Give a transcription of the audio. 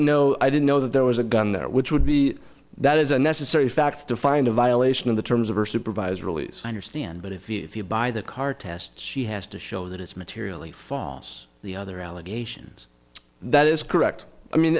know i didn't know that there was a gun there which would be that is a necessary fact to find a violation of the terms of her supervised release i understand but if you if you buy that car test she has to show that it's materially false the other allegations that is correct i mean